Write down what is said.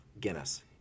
Guinness